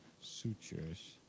Sutures